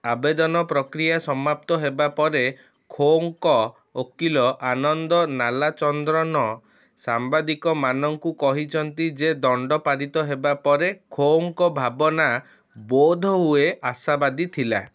ଆବେଦନ ପ୍ରକ୍ରିୟା ସମାପ୍ତ ହେବାପରେ ଖୋଙ୍କ ଓକିଲ ଆନନ୍ଦ ନାଲାଚନ୍ଦ୍ରନ ସାମ୍ବାଦିକମାନଙ୍କୁ କହିଛନ୍ତି ଯେ ଦଣ୍ଡ ପାରିତ ହେବାପରେ ଖୋଙ୍କ ଭାବନା ବୋଧହୁଏ ଆଶାବାଦୀ ଥିଲା